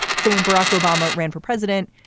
so when barack obama ran for president,